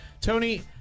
Tony